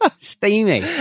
steamy